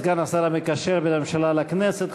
סגן השר המקשר בין הממשלה לכנסת,